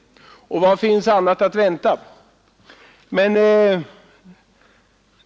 Vad finns annat att vänta?